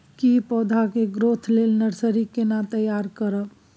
की पौधा के ग्रोथ लेल नर्सरी केना तैयार करब?